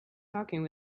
talking